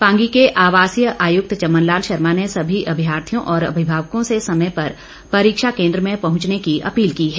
पांगी के आवासीय आयुक्त चमन हुंचने सभी अभ्यार्थियों और अभिभावकों से समय पर परीक्षा केन्द्र में पहुंचने की अपील की है